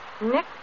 Nick